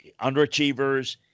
underachievers